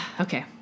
Okay